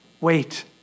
Wait